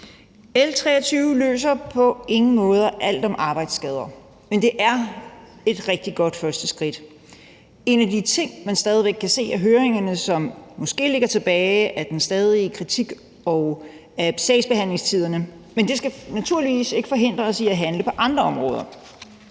L 23 løser på ingen måde alt om arbejdsskader, men det er et rigtig godt første skridt. En af de ting, man stadig kan se af høringerne måske ligger tilbage, er den stadige kritik og sagsbehandlingstiderne, men det skal naturligvis ikke forhindre os i at handle på andre områder.